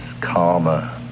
karma